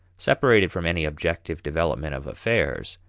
separated from any objective development of affairs,